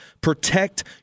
protect